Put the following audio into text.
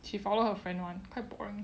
she follow her friend [one]